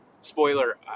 spoiler